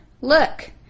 Look